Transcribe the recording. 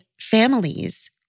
families